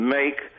make